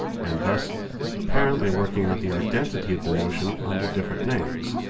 and thus apparently working out the identity of the notion under different names,